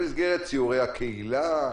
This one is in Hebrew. במסגרת סיורי הקהילה,